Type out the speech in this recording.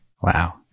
Wow